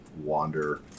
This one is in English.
wander